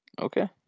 Okay